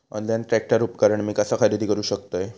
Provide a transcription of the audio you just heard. Online tractor उपकरण मी कसा खरेदी करू शकतय?